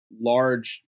large